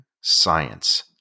science